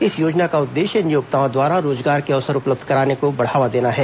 इस योजना का उद्देश्य नियोक्ताओं द्वारा रोजगार के अवसर उपलब्ध कराने को बढ़ावा देना है